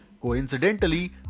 coincidentally